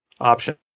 option